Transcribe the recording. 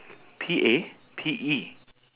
your one got drop three peach right